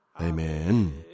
Amen